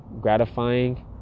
gratifying